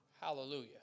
Hallelujah